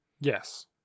Yes